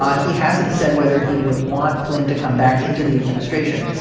ah he hasn't said whether he would want flynn to come back into the administration.